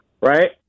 right